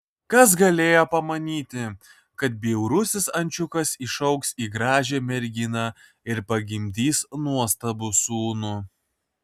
kas galėjo pamanyti kad bjaurusis ančiukas išaugs į gražią merginą ir pagimdys nuostabų sūnų